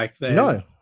No